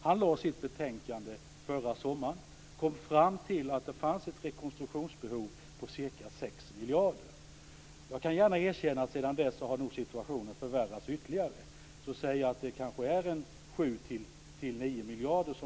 Han lade fram sitt betänkande förra sommaren. Han kom fram till att det fanns ett rekonstruktionsbehov omfattande ca 6 miljarder. Jag kan gärna erkänna att sedan dess har situationen förvärrats ytterligare, så det kanske behövs 7-9 miljarder.